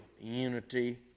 unity